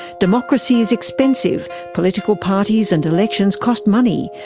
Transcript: democracy is expensive, political parties and elections cost money.